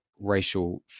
racial